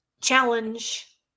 challenge